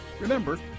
Remember